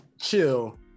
chill